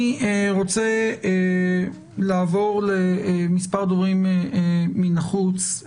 אני רוצה לעבור למספר דוברים מן החוץ.